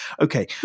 Okay